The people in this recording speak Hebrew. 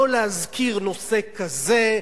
לא להזכיר נושא כזה,